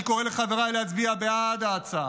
אני קורא לחבריי להצביע בעד ההצעה.